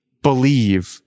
believe